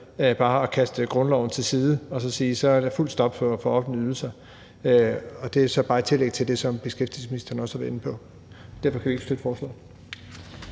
bare at kaste grundloven til side og sige, at der er fuldt stop for offentlige ydelser. Det er så bare et tillæg til det, som beskæftigelsesministeren også har været inde på. Derfor kan vi ikke støtte forslaget.